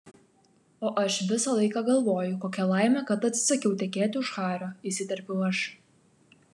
o aš visą laiką galvoju kokia laimė kad atsisakiau tekėti už hario įsiterpiau aš